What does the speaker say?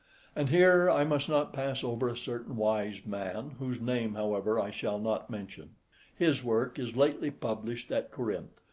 and here i must not pass over a certain wise man, whose name, however, i shall not mention his work is lately published at corinth,